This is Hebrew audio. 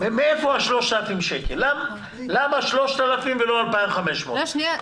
למה 3,000 שקל ולא 2,500 שקל?